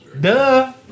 Duh